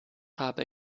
habe